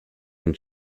and